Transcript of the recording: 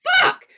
Fuck